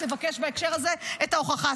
תבקש בהקשר הזה את ההוכחה.